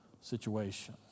situation